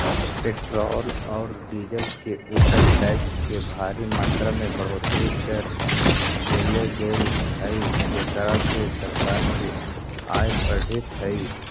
petrol औउर diesel के ऊपर टैक्स के भारी मात्रा में बढ़ोतरी कर देले गेल हई जेकरा से सरकार के आय बढ़ीतऽ हई